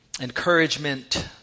encouragement